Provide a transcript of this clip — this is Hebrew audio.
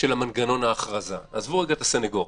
מנגנון ההכרזה, עזבו את הסנגורים,